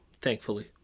thankfully